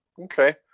Okay